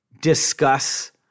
discuss